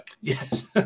yes